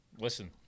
Listen